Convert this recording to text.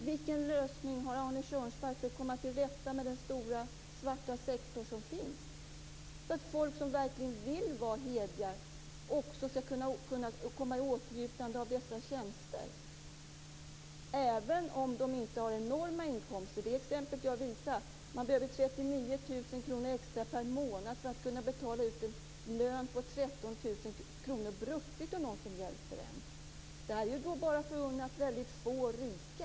Vilken lösning har Arne Kjörnsberg för att komma till rätta med den stora svarta sektor som finns, så att folk som verkligen vill vara hederliga också skall komma i åtnjutande av dessa tjänster även om de inte har enorma inkomster? Det exempel jag hade visar att det behövs 39 000 kr extra per månad för att kunna betala ut en lön på 13 000 kr brutto till någon som hjälper. Det är bara förunnat några få rika.